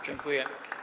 Dziękuję.